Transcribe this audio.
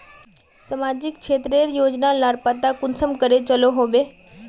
सामाजिक क्षेत्र रेर योजना लार पता कुंसम करे चलो होबे?